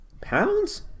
pounds